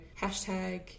hashtag